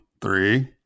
three